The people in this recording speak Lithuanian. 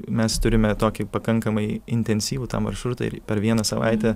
mes turime tokį pakankamai intensyvų tą maršrutą ir per vieną savaitę